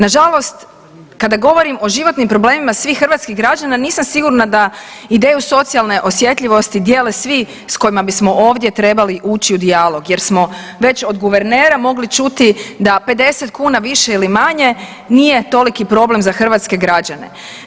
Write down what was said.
Nažalost, kada govorim o životnim problemima svih hrvatskih građana nisam sigurna da ideju socijalne osjetljivosti dijele svi s kojima bismo ovdje trebali ući u dijalog jer smo već od guvernera mogli čuti da 50 kuna više ili manje nije toliki problem za hrvatske građane.